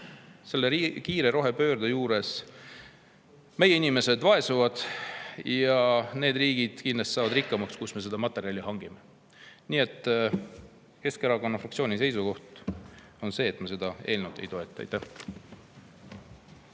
Selle kiire rohepöörde tõttu meie inimesed vaesuvad ja need riigid kindlasti saavad rikkamaks, kust me vajalikku materjali hangime. Nii et Keskerakonna fraktsiooni seisukoht on see, et me seda eelnõu ei toeta.